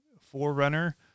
Forerunner